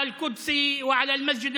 סעיד אלחרומי, בבקשה,